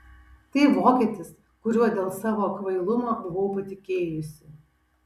tai vokietis kuriuo dėl savo kvailumo buvau patikėjusi